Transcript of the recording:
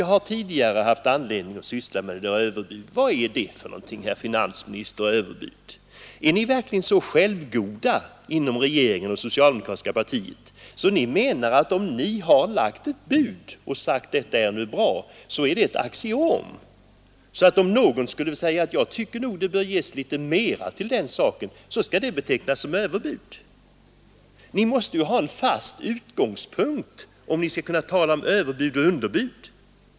Jag har tidigare haft anledning att syssla med dem. Vad är överbud egentligen för någonting, herr finansminister? Är ni verkligen så självgoda inom regeringen och det socialdemokratiska partiet att ni menar, att om ni har lagt ett bud och sagt att det är bra så är det ett axiom, och om någon sedan tycker att det bör ges litet mera så skall det betecknas som överbud? Ni måste ju ha en fast utgångspunkt, om ni skall kunna tala om överbud och underbud.